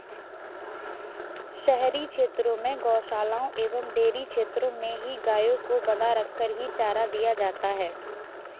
शहरी क्षेत्र में गोशालाओं एवं डेयरी क्षेत्र में ही गायों को बँधा रखकर ही चारा दिया जाता है